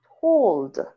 told